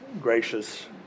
gracious